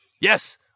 Yes